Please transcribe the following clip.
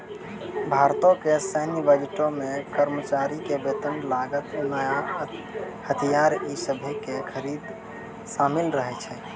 भारतो के सैन्य बजटो मे कर्मचारी के वेतन, लागत, नया हथियार इ सभे के खरीद शामिल रहै छै